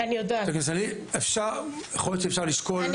יכול להיות שאפשר לשקול,